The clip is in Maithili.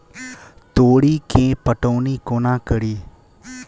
तोरी केँ पटौनी कोना कड़ी?